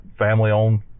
family-owned